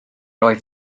oedd